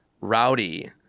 rowdy